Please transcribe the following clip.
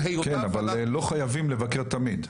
לא חייבים לבקר תמיד.